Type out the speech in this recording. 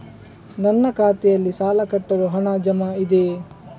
ನನ್ನ ಖಾತೆಯಲ್ಲಿ ಸಾಲ ಕಟ್ಟಲು ಹಣ ಜಮಾ ಇದೆಯೇ?